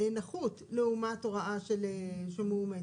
נחות לעומת הוראה שמאומצת.